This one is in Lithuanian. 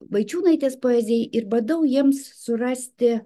vaičiūnaitės poezijai ir bandau jiems surasti